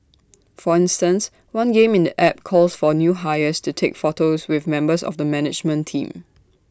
for instance one game in the app calls for new hires to take photos with members of the management team